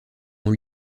ont